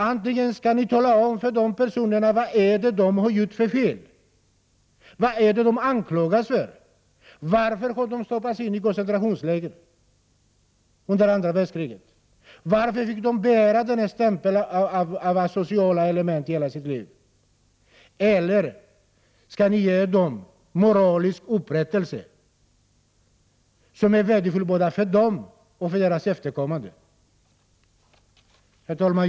Antingen skall ni tala om för dessa personer vad de har gjort för fel, vad de anklagas för och varför de har stoppats in i koncentrationsläger under andra världskriget och varför de skall bära stämpeln av asociala element under hela sitt liv. Eller så skall ni ge dem moralisk upprättelse, som är värdefull både för dem och för deras efterkommande. Herr talman!